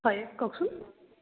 হয় কওকচোন